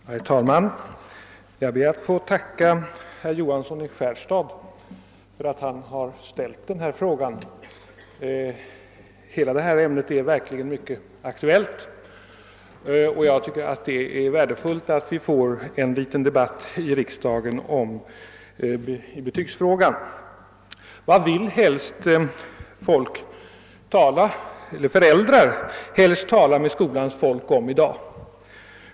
Herr talman! Jag tackar herr Johansson i Skärstad för att han framställt denna interpellation. Hela detta ämne är synnerligen aktuellt, och därför tycker jag det är värdefullt att vi här i riksdagen får en liten debatt om betygsfrågan. Vad vill föräldrarna helst tala med skolans folk om i dag?